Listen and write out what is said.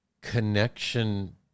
connection